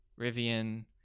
Rivian